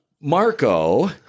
Marco